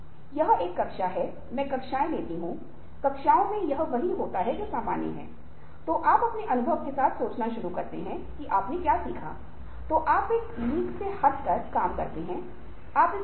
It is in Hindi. तो यह एक कला है और हमें अपने व्यावसायिक या व्यक्तिगत जीवन के लिए आवश्यक होने पर अपने रिश्ते को बनाए रखने और आगे बढ़ाने की कोशिश करनी चाहिए